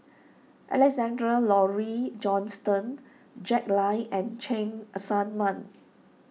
Alexander Laurie Johnston Jack Lai and Cheng Tsang Man